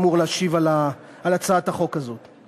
אמור להשיב על הצעת החוק הזאת?